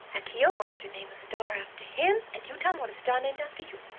akio wants to name a star after him, and you, tom, want a star named after you.